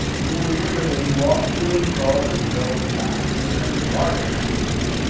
you will remember that he walked to and fro in job's time, he was in the garden of eden,